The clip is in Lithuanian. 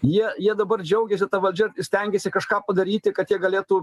jie jie dabar džiaugiasi ta valdžia stengiasi kažką padaryti kad jie galėtų